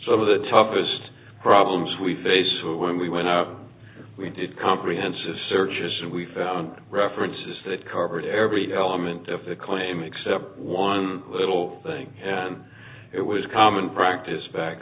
so the toughest problems we face when we went out we did comprehensive searches and we found references that covered every element of the claim except for one little thing and it was common practice back